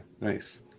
nice